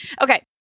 Okay